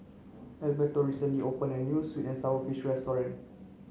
Alberto recently opened a new sweet and sour fish restaurant